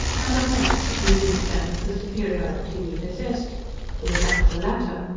and our next to convince them of the superiority we possessed for without the latter,